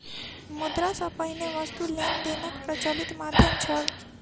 मुद्रा सॅ पहिने वस्तु लेन देनक प्रचलित माध्यम छल